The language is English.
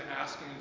asking